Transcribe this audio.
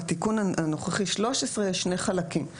בתיקון הנוכחי, 13 יש שני חלקים.